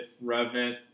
Revenant